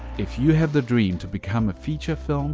if you have the dream to become a feature film,